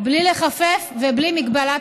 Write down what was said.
בגלל זה